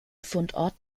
fundort